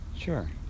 Sure